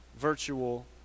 virtual